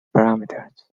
parameters